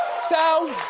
so.